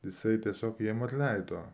jisai tiesiog jiem atleido